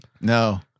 No